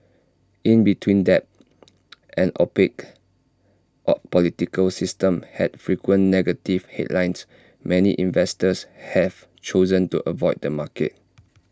in between debt an opaque political system and frequent negative headlines many investors have chosen to avoid the market